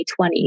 2020